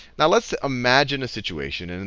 now let's imagine a situation, and